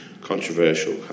controversial